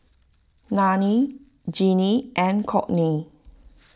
Nannie Jeanine and Kourtney